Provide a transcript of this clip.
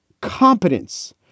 competence